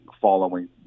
following